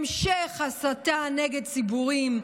המשך הסתה נגד ציבורים,